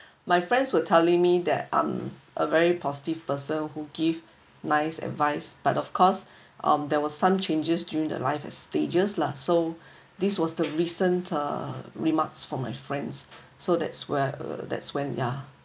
my friends were telling me that I'm a very positive person who give nice advice but of course um there was some changes during the life at stages lah so this was the recent uh remarks from my friends so that's where uh that's when ya